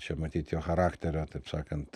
čia matyt jo charakterio taip sakant